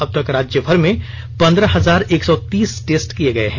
अब तक राज्यभर में पंद्रह हजार एक सौ तीस टेस्ट किए गए हैं